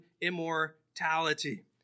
immortality